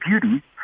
beauty